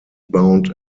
bound